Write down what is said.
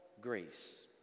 grace